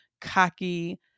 cocky